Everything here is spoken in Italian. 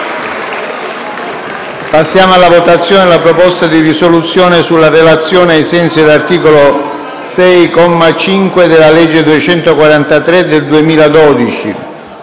Procediamo alla votazione della proposta di risoluzione alla relazione ai sensi dell'articolo 6, comma 5, della legge n. 243 del 2012.